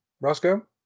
Roscoe